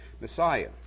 Messiah